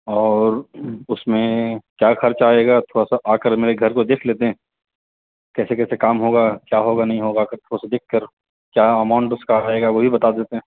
اور اس میں کیا خرچہ آئے گا تھوڑا سا آ کر میرے گھر کو دیکھ لیتے ہیں کیسے کیسے کام ہوگا کیا ہوگا نہیں ہوگا تھوڑا سا دیکھ کر کیا اماؤنٹ اس کا آئے گا وہی بتا دیتے